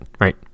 right